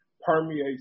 permeates